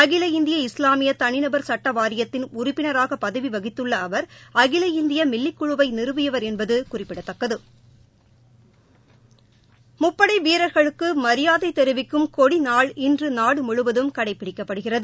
அகில இந்திய இஸ்லாமிய தனி நபர் சுட்ட வாரியத்தின் உறுப்பினராக பதவி வகித்துள்ள அவர் அகில இந்திய மில்லிக்குழுவை நிறுவியவர் என்பது குறிப்பிடத்தக்கது முப்படை வீரர்களுக்கு மரியாதை தெரிவிக்கும் கொடிநாள் இன்று நாடு முழுவதும் கடைபிடிக்கப்படுகிறது